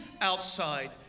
outside